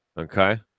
Okay